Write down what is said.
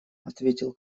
ответил